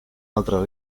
altre